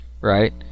Right